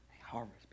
Harvest